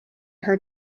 her